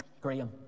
Graham